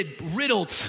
riddled